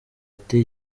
ati